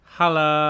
Hello